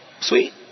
Sweet